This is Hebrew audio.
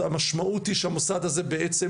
זה המשמעות היא שהמוסד הזה בעצם,